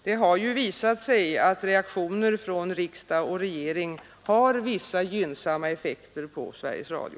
Det har ju visat sig att reaktioner från riksdag och regering har haft gynnsamma effekter på Sveriges Radio.